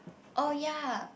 oh ya